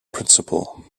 principal